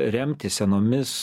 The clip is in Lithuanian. remtis senomis